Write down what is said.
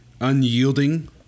Unyielding